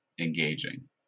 engaging